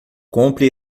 compre